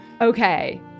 Okay